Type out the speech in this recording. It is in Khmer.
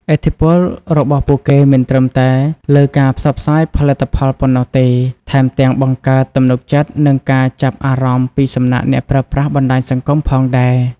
ឥទ្ធិពលរបស់ពួកគេមិនត្រឹមតែលើការផ្សព្វផ្សាយផលិតផលប៉ុណ្ណោះទេ ថែមទាំងបង្កើតទំនុកចិត្ត និងការចាប់អារម្មណ៍ពីសំណាក់អ្នកប្រើប្រាស់បណ្ដាញសង្គមផងដែរ។